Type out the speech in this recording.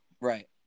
right